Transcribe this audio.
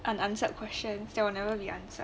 unanswered question so no need to answer